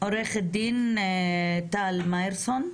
עו"ד טל מאירסון,